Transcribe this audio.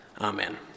Amen